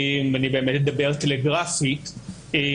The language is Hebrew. תודה.